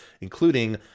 including